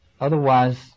Otherwise